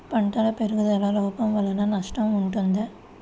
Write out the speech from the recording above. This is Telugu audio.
పంటల పెరుగుదల లోపం వలన నష్టము ఉంటుందా?